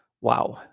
Wow